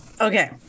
Okay